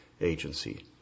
Agency